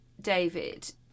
David